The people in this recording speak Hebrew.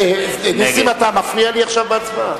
אתה מפריע לי עכשיו בהצבעה.